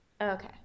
okay